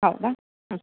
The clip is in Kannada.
ಹೌದಾ ಹ್ಞೂ